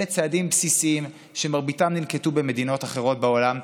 אלה צעדים בסיסיים שמרביתם ננקטו במדינות אחרות בעולם,